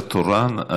אין לנו שר תורן,